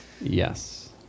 Yes